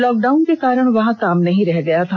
lockdown के कारण वहां काम नहीं रह गया था